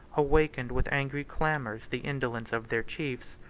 awakened with angry clamors the indolence of their chiefs.